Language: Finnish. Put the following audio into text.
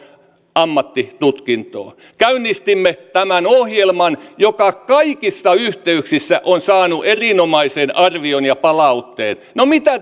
ammattitutkintoa käynnistimme tämän ohjelman joka kaikissa yhteyksissä on saanut erinomaisen arvion ja palautteet no mitä